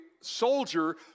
soldier